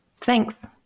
Thanks